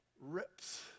rips